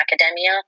Academia